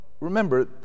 remember